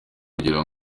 kugira